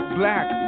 black